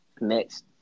Next